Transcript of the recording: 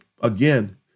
again